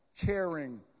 caring